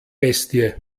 bestie